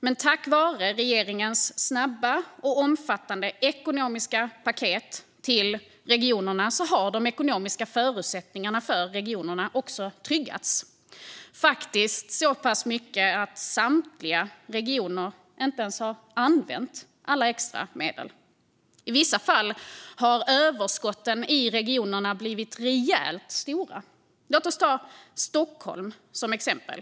Men tack vare regeringens snabba och omfattande ekonomiska paket till regionerna har de ekonomiska förutsättningarna för regionerna tryggats, faktiskt så pass mycket att samtliga regioner inte ens har använt alla extramedel. I vissa fall har överskotten i regionerna blivit rejält stora. Låt oss ta Stockholm som exempel.